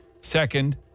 Second